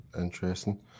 Interesting